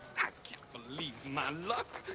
i can't believe my luck.